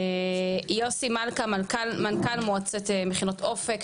יוסי מלכה, מנכ"ל מועצת מכינות אופק.